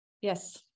Yes